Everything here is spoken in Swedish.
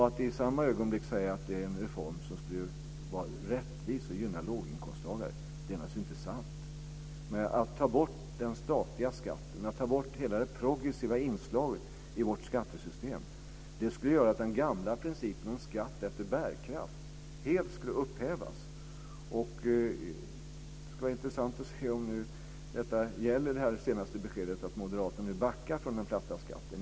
Att i samma ögonblick säga att det är en reform som skulle vara rättvis och gynna låginkomsttagare är alltså inte sant. Att ta bort den statliga skatten, att ta bort hela det progressiva inslaget i vårt skattesystem skulle göra att den gamla principen om skatt efter bärkraft helt skulle upphävas. Det ska vara intressant att se om det senaste beskedet nu gäller att moderaterna backar från den platta skatten.